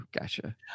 Gotcha